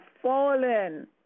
fallen